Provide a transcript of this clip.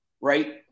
right